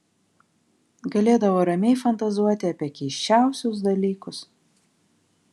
galėdavo ramiai fantazuoti apie keisčiausius dalykus